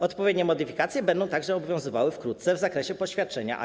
Odpowiednie modyfikacje będą także obowiązywały wkrótce w zakresie poświadczenia A1.